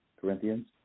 Corinthians